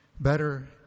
Better